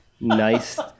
nice